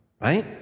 right